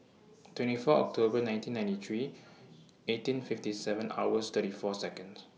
twenty four October nineteen ninety three eighteen fifty seven hours thirty four Seconds